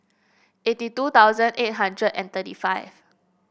eighty two thousand eight hundred and thirty five